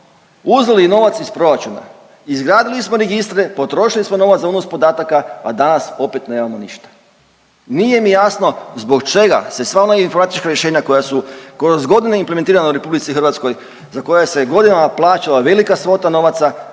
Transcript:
uzeli novac iz proračuna, izgradili smo registre, potrošili smo novac za unos podataka, a danas opet nemamo ništa. Nije mi jasno zbog čega se sva ona informatička rješenja koja su kroz godine implementirane u RH za koja se godinama plaćala velika svota novaca